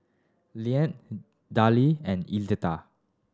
Leanne Dillie and Edla